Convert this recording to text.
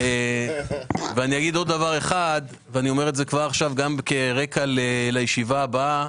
ואני אומר את זה כבר עכשיו גם כרקע לישיבה הבאה,